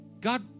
God